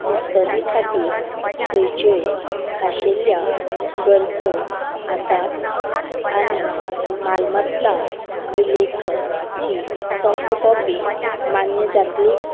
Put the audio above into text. मुस्तदी खातीर खंयच्योय खाशेल्यो गरजो आसात आनी मालमत्ता विलेखची सॉफ्ट कॉपी मान्य जातली